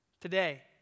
today